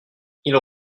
ils